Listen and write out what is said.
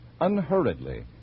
unhurriedly